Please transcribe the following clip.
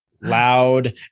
loud